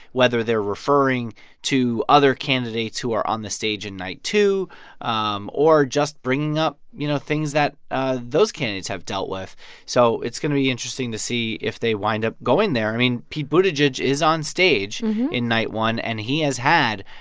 whether they're referring to other candidates who are on the stage in night two um or just bringing up, you know, things that ah those candidates have dealt with so it's going to be interesting to see if they wind up going there. i mean, pete buttigieg is onstage in night one. and he has had,